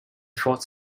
fort